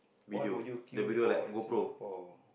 what would you queue for in Singapore